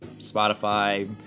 Spotify